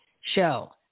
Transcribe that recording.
show